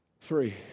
Three